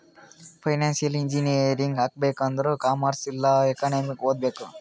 financial engineering ಆಗ್ಬೇಕ್ ಆಂದುರ್ commerce ಇಲ್ಲಾ ಎಕನಾಮಿಕ್ ಓದ್ಬೇಕ್